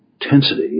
intensity